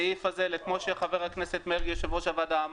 כמו שיושב ראש הוועדה חבר הכנסת מרגי אמר,